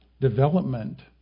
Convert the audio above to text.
development